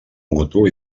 mutu